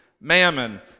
mammon